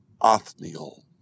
Othniel